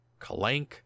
Kalank